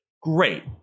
Great